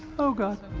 oh god.